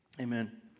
amen